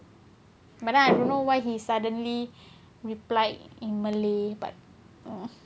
but I don't know why he suddenly replied in malay but uh um